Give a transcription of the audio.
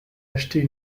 achetée